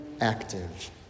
active